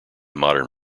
modern